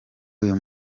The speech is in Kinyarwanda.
uyu